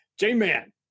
J-Man